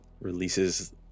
releases